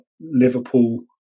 Liverpool